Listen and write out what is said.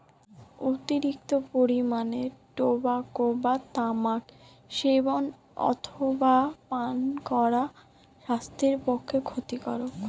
অতিরিক্ত পরিমাণে টোবাকো বা তামাক সেবন অথবা পান করা স্বাস্থ্যের পক্ষে ক্ষতিকারক